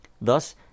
Thus